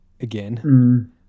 Again